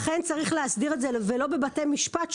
לכן צריך להסדיר את זה ולא בבתי משפט,